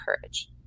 courage